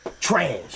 trash